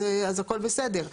אז הכול בסדר.